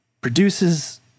produces